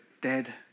dead